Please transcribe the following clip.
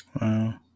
wow